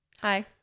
Hi